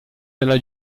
della